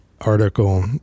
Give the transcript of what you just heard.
article